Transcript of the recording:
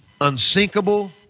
unsinkable